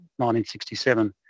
1967